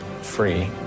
free